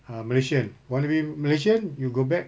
err malaysian you want to be malaysian you go back